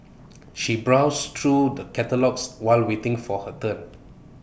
she browsed through the catalogues while waiting for her turn